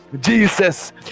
jesus